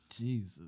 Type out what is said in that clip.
Jesus